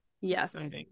Yes